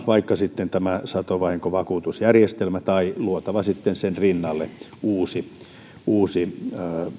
vaikka tämä satovahinkovakuutusjärjestelmä tai luotaisiin sitten sen rinnalle uusi uusi